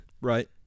Right